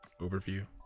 overview